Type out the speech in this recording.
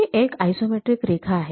ही एक आयसोमेट्रिक रेखा आहे